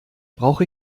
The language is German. brauche